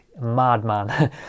madman